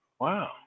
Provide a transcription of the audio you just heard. Wow